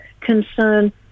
concern